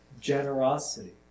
generosity